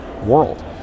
world